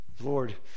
Lord